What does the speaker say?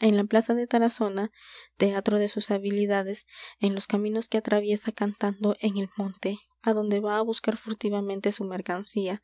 en la plaza de tarazona teatro de sus habilidades en los caminos que atraviesa cantando en el monte adonde va á buscar furtivamente su mercancía